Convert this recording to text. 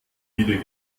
wieder